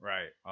Right